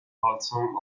palcem